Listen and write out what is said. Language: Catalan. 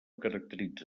caracteritza